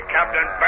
Captain